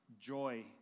joy